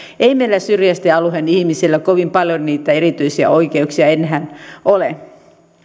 ei meillä syrjäisten alueiden ihmisillä kovin paljon niitä erityisiä oikeuksia enää ole